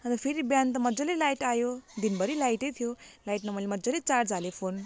अन्त फेरि बिहान त मजाले लाइट आयो दिनभरि लाइटै थियो लाइटमा मैले मजाले चार्ज हालेँ फोन